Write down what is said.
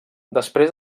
després